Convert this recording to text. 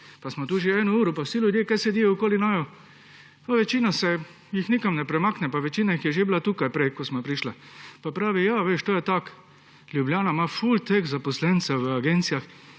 pa sva tu že eno uro, vsi ljudje tukaj sedijo okoli naju, pa večina se jih nikamor ne premakne in večina jih je že bila tukaj prej, ko sva prišla. Pa pravi, ja, veš, to je tako, Ljubljana ima veliko teh zaposlencev v agencijah.